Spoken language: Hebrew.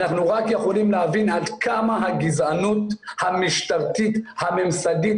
אנחנו רק יכולים להבין עד כמה הגזענות המשטרתית הממסדית